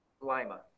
Lima